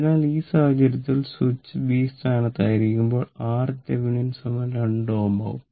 അതിനാൽ ഈ സാഹചര്യത്തിൽ സ്വിച്ച് ബി സ്ഥാനത്ത് ആയിരിക്കുമ്പോൾ RThevenin 2 Ω ആവും